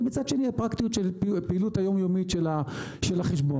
ומצד שני הפרקטיות של הפעילות היום-יומית של החשבון.